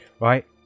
right